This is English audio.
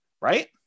right